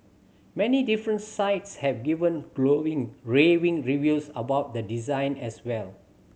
many different sites have given glowing raving reviews about the design as well